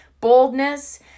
boldness